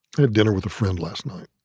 had dinner with a friend last night.